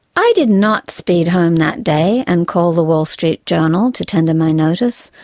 i did not speed home that day and call the wall street journal to tender my notice,